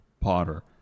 Potter